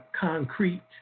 concrete